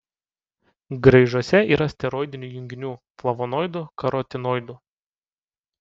graižuose yra steroidinių junginių flavonoidų karotinoidų